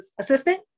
assistant